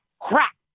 crack